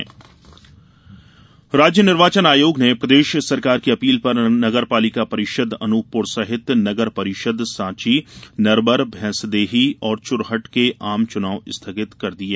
निकाय चुनाव राज्य निर्वाचन आयोग ने प्रदेश सरकार की अपील पर नगरपालिका परिषद अनूपपुर सहित नगर परिषद सांची नरवर भैंसदेही और चुरहट के आम चुनाव स्थगित किये